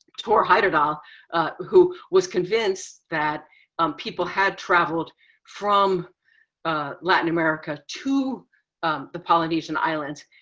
thor heyerdahl who was convinced that people had traveled from latin america to the polynesian islands.